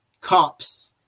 cops